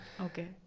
Okay